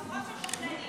חבורה של בכיינים.